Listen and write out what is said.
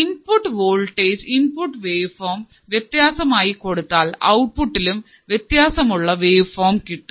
input voltage input waveform വ്യത്യാസം ആയി കൊടുത്താൽ ഔട്ട്പുട്ടിൽ വ്യത്യാസം ഉള്ള വേവ്ഫോംസ് കിട്ടും